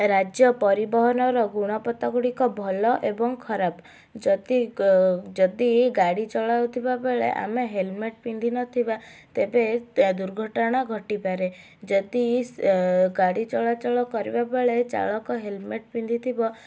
ରାଜ୍ୟ ପରିବହନର ଗୁଣବତ୍ତା ଗୁଡ଼ିକ ଭଲ ଏବଂ ଖରାପ ଯଦି ଗ ଯଦି ଗାଡ଼ି ଚଳାଉଥିଲା ବେଳେ ଆମେ ହେଲମେଟ୍ ପିନ୍ଧି ନଥିବା ତେବେ ଦୁର୍ଘଟଣା ଘଟିପାରେ ଯଦି ଗାଡ଼ି ଚଳାଚଳ କରିବା ବେଳେ ଚାଳକ ହେଲମେଟ୍ ପିନ୍ଧିଥିବ